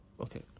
Okay